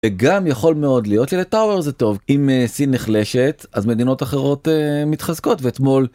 וגם יכול מאוד להיות שלטאוור זה טוב. אם סין נחלשת אז מדינות אחרות מתחזקות, ואתמול